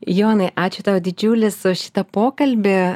jonai ačiū tau didžiulis už šitą pokalbį